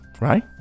right